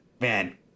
Man